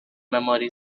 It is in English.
memory